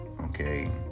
Okay